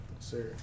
sir